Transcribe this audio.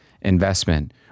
investment